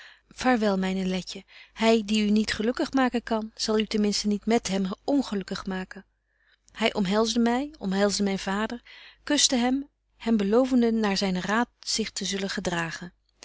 vaarwel myne letje hy die u niet gelukkig maken kan zal u ten minsten niet met hem ongelukkig maken hy omhelsde my omhelsde myn vader kuste hem hem belovende naar zynen raad zich te zullen gedragen